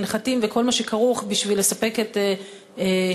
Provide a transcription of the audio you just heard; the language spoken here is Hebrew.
מנחתים וכל מה שכרוך בשביל לספק את השירותים